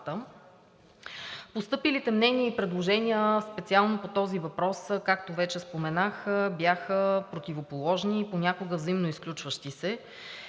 Постъпилите мнения и предложения специално по този въпрос, както вече споменах, бяха противоположни и понякога взаимно изключващи се.